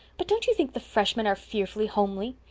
but don't you think the freshmen are fearfully homely?